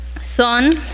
Son